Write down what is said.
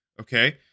okay